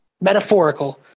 metaphorical